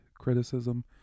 criticism